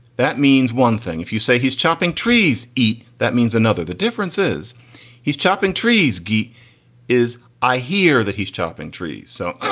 that means one thing. if you say he's chopping trees eat, that means another. the difference is he's chopping trees. ghee is i hear that he's chopping trees. so